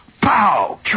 pow